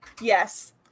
Yes